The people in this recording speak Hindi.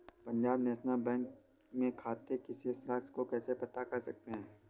पंजाब नेशनल बैंक में खाते की शेष राशि को कैसे पता कर सकते हैं?